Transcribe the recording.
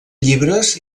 llibres